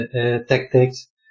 tactics